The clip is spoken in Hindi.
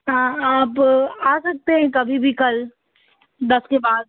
हाँ आप आ सकते हैं कभी भी कल दस के बाद